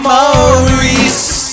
Maurice